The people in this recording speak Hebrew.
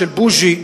של בוז'י,